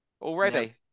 already